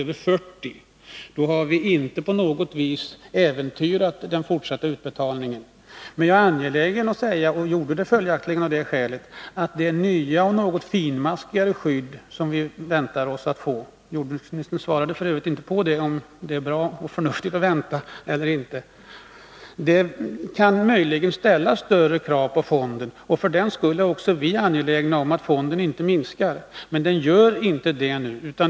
Därmed har vi inte på något sätt äventyrat de fortsatta utbetalningarna ur fonden. Men jag är angelägen att säga — och jag gjorde det av det skälet också tidigare —att det nya och något mera finmaskiga skydd som vi väntar oss att få möjligen kan ställa större krav på fonden. Jordbruksministern svarade f. ö. inte på frågan om det är förnuftigt att vänta eller inte. För den skull är också vi angelägna om att fonden inte minskar. Men det gör den inte nu.